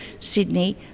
Sydney